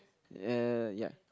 uh ya